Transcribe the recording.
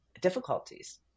difficulties